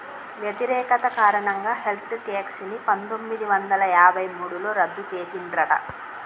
వ్యతిరేకత కారణంగా wealth tax ని పందొమ్మిది వందల యాభై మూడులో రద్దు చేసిండ్రట